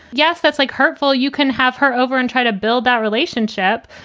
yes. that's like hurtful you can have her over and try to build that relationship,